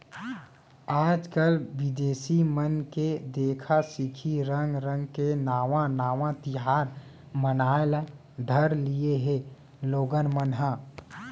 आजकाल बिदेसी मन के देखा सिखी रंग रंग के नावा नावा तिहार मनाए ल धर लिये हें लोगन मन ह